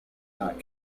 not